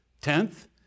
tenth